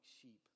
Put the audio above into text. sheep